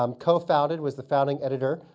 um co-founded, was the founding editor,